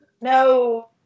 No